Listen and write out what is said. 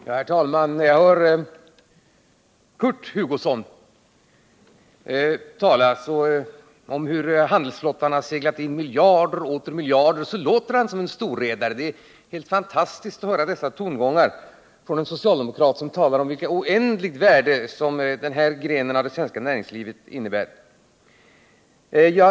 Herr talman! När jag hör Kurt Hugosson tala om hur handelsflottan har seglat in miljarder och åter miljarder tycker jag att han låter som en storredare. Det är helt fantastiskt att höra dessa tongångar från en socialdemokrat om vilket oändligt värde som den här grenen av det svenska näringslivet innebär.